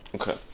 Okay